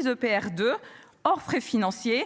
EPR2 hors frais financiers